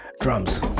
drums